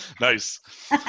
Nice